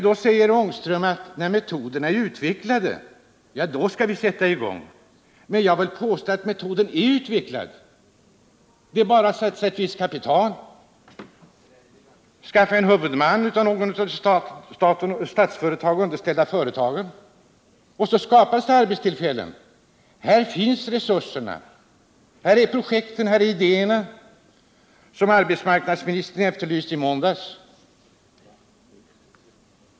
Då säger herr Ångström: När metoderna är utvecklade skall vi sätta i gång. Jag vill påstå att metoderna är utvecklade. Det är bara att satsa ett visst kapital, skaffa en huvudman från något av de Statsföretag underställda företagen så skapas det arbetstillfällen. Här finns resurserna, projekten, ideérna, som arbetsmarknadsministern efterlyste i måndags.